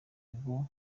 ubwo